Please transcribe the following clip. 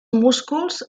músculs